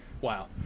wow